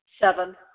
Seven